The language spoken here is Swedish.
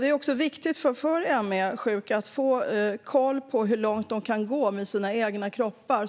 Det är också viktigt för ME-sjuka att få koll på hur långt de kan gå med sina egna kroppar,